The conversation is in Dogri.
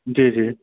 जी जी